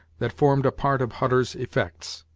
that formed a part of hutter's effects.